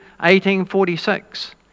1846